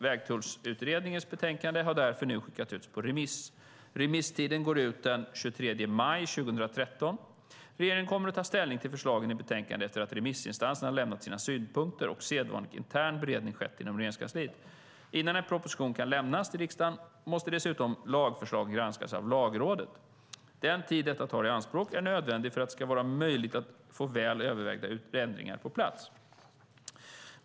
Vägtullsutredningens betänkande har därför nu skickats ut på remiss. Remisstiden går ut den 23 maj 2013. Regeringen kommer att ta ställning till förslagen i betänkandet efter att remissinstanserna har lämnat sina synpunkter och sedvanlig intern beredning skett inom Regeringskansliet. Innan en proposition kan lämnas till riksdagen måste dessutom lagförslagen granskas av Lagrådet. Den tid detta tar i anspråk är nödvändig för att det ska vara möjligt att få väl övervägda ändringar på plats.